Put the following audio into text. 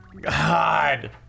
God